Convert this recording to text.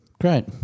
Great